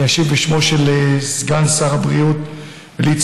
אני אשיב בשמו של סגן שר הבריאות ליצמן.